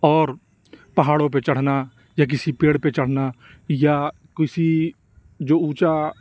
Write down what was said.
اور پہاڑوں پہ چڑھنا یا کسی پیڑ پہ چڑھنا یا کسی جو اونچا